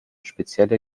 spezielle